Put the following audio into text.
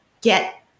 get